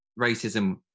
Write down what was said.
racism